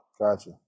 Gotcha